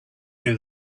you